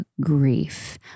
grief